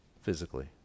physically